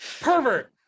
Pervert